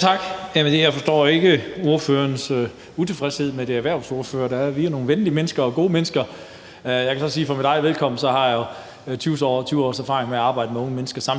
Tak. Jeg forstår ikke ordførerens utilfredshed med de erhvervsordførere, der er. Vi er nogle venlige og gode mennesker. Jeg kan så for mit eget vedkommende sige, at jeg jo samtidig har 20 års erfaring med at arbejde med unge mennesker,